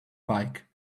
bike